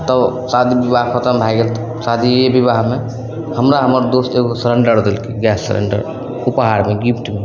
तऽ शादी विवाह खतम भए गेल तऽ शादिए विवाहमे हमरा हमर दोस्त एगो सिलेण्डर देलकै गैस सिलेण्डर उपहारमे गिफ्टमे